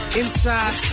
inside